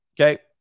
Okay